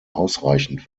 ausreichend